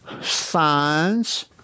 signs